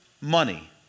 money